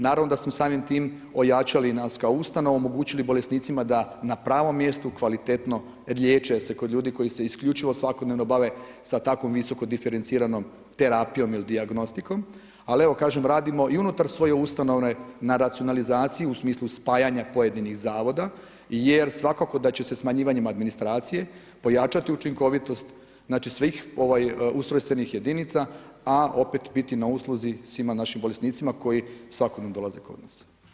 Naravno da smo samim tim ojačali nas kao ustanovu, omogućili bolesnicima da na pravom mjestu, kvalitetno liječe se kod ljudi koji se isključivo svakodnevno bave sa takvom visoko diferenciranom terapijom ili dijagnostikom ali evo, kažem, radimo i unutar svoje ustanove na racionalizaciji u smislu spajanja pojedinih zavoda jer svakako da će se smanjivanjem administracije pojačati učinkovitost znači svih ustrojstvenih jedinica a opet biti na usluzi svim našim bolesnicima koji svakodnevno dolaze kod nas.